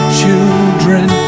children